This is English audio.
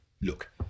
look